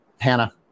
Hannah